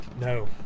no